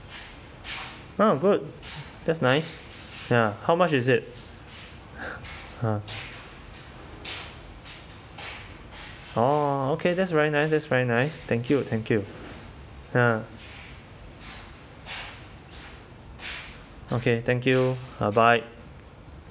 uh good that's nice ya how much is it ha oh okay that's very nice that's very nice thank you thank you ha okay thank you uh bye